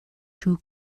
two